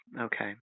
okay